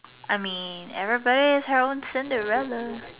I mean everybody is their own Cinderella